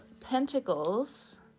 pentacles